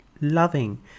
loving